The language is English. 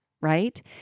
right